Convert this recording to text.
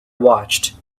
watched